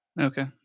Okay